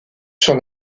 sur